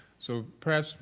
so perhaps